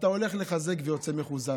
אתה הולך לחזק ויוצא מחוזק.